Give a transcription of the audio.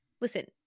listen